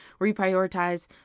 reprioritize